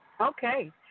Okay